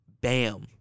bam